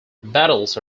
battles